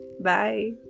Bye